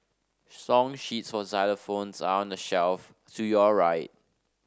song sheets for xylophones are on the shelf to your right